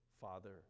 Father